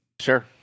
Sure